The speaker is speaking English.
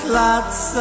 lots